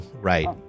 Right